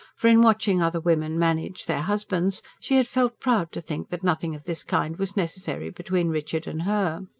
for, in watching other women manage their husbands, she had felt proud to think that nothing of this kind was necessary between richard and her.